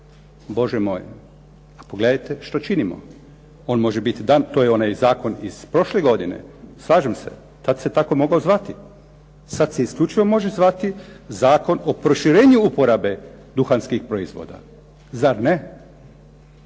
Bože moj, pogledajte što činimo. On može biti dan, to je onaj zakon iz prošle godine, slažem se, sad se tako mogao zvati. Sad se isključivo može zvati Zakon o proširenju uporabe duhanskih proizvoda, zar ne?